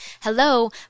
hello